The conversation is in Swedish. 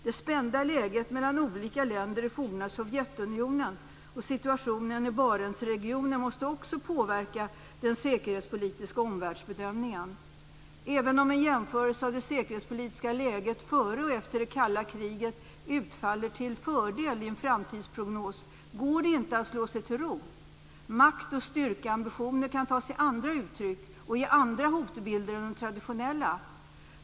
Det spända läget mellan olika länder i forna Sovjetunionen och situationen i Barentsregionen måste också påverka den säkerhetspolitiska omvärldsbedömningen. Även om en jämförelse av det säkerhetspolitiska läget före och efter det kalla kriget utfaller till fördel i en framtidsprognos, går det inte att slå sig till ro. Makt och styrkeambitioner kan ta sig andra uttryck och ge andra hotbilder än de traditionella.